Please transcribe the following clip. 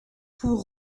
pour